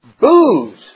Booze